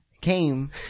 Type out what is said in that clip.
came